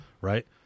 right